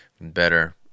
better